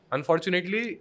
Unfortunately